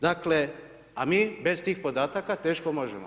Dakle, a mi bez tih podataka teško možemo.